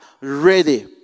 ready